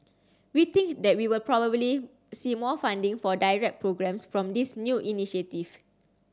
we think that we will probably see more funding for direct programmes from this new initiative